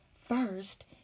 first